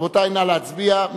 רבותי, נא להצביע.